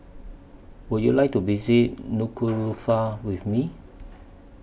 Would YOU like to visit Nuku'Alofa with Me